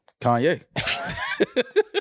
Kanye